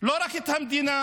לא רק את המדינה,